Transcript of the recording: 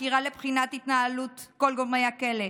החקירה לבחינת התנהלות כל גורמי הכלא.